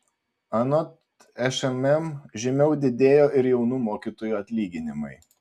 anot šmm žymiau didėjo ir jaunų mokytojų atlyginimai